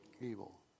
Evil